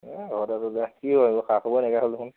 এই হ'ব দে তোৰ যা কি হ'ল খা খবৰ নাইকিয়া হ'ল দেখোন